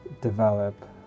develop